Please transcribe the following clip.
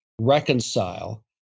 reconcile